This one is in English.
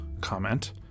comment